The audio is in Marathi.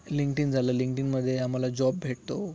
लिंक्टीन झालं लिंक्टीनमध्ये आम्हाला जॉब भेटतो